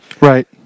Right